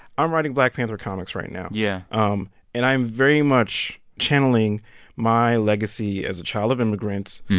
i'm writing black panther comics right now yeah um and i'm very much channeling my legacy as a child of immigrants,